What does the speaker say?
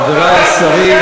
חברי השרים,